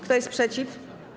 Kto jest przeciw?